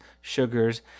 sugars